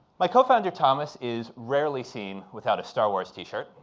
my co-founder thomas is rarely seen without a star wars t-shirt,